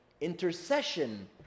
Intercession